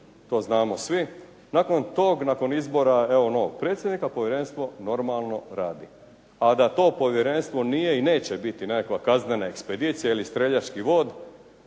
to znamo svi, nakon izbora evo novog predsjednika povjerenstvo normalno radi. A da to povjerenstvo nije i neće biti nekakva kaznena ekspedicija ili streljački vod